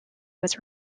was